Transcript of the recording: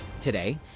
today